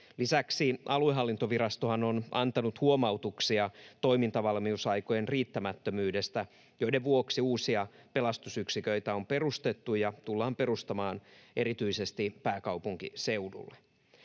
Lisäksi aluehallintovirastohan on antanut huomautuksia toimintavalmiusaikojen riittämättömyydestä, joiden vuoksi uusia pelastusyksiköitä on perustettu ja tullaan perustamaan erityisesti pääkaupunkiseudulle.